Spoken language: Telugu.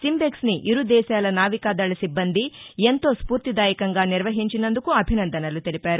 సిం బెక్స్ ని ఇరు దేశాల నావికా దళ సిబ్బంది ఎంతో స్పూర్తిదాయకంగా నిర్వహించినందుకు అభినందనలు తెలిపారు